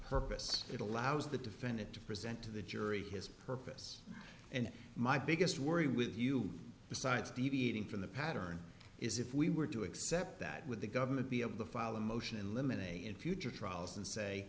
purpose it allows the defendant to present to the jury his purpose and my biggest worry with you besides deviating from the pattern is if we were to accept that with the government be able to file a motion in limine a in future trials and say